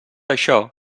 això